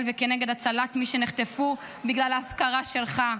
וכנגד הצלת מי שנחטפו בגלל ההפקרה שלך.